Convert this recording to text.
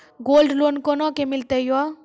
Gold loan कोना के मिलते यो?